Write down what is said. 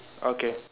okay